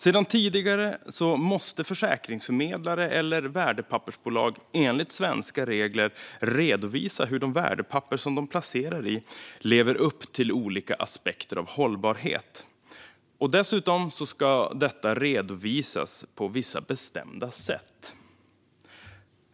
Sedan tidigare måste försäkringsförmedlare eller värdepappersbolag enligt svenska regler redovisa hur de värdepapper som de placerar i lever upp till olika aspekter av hållbarhet, och dessutom ska detta redovisas på vissa bestämda sätt.